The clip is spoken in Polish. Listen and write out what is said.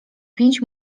pięć